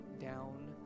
down